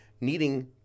needing